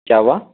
کیا ہوا